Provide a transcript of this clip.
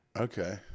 Okay